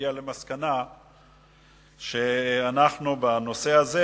מגיע למסקנה שאנחנו בנושא הזה